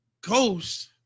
ghost